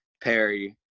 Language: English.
Perry